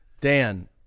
Dan